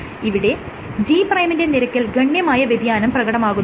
ഇവിടെ G' ന്റെ നിരക്കിൽ ഗണ്യമായ വ്യതിയാനം പ്രകടമാകുന്നുണ്ട്